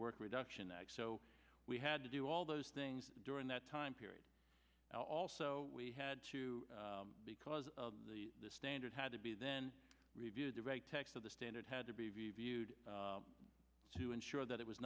work reduction act so we had to do all those things during that time period also we had to because of the standard had to be then reviewed of a text of the standard had to be viewed to ensure that it was